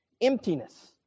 emptiness